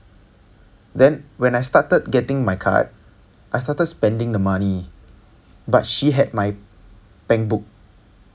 then when I started getting my card I started spending the money but she had my bank book